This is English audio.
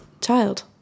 child